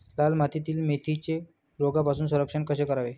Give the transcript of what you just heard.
लाल मातीतील मेथीचे रोगापासून संरक्षण कसे करावे?